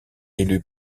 élu